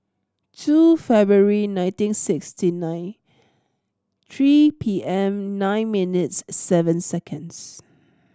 two February nineteen sixty nine three P M nine minutes seven seconds